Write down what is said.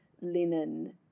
linen